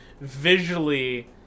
visually